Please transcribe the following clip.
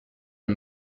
and